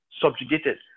subjugated